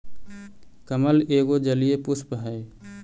कमल एगो जलीय पुष्प हइ